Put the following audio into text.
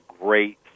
great